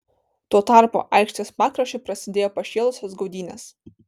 tuo tarpu aikštės pakraščiu prasidėjo pašėlusios gaudynės